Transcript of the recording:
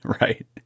Right